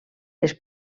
les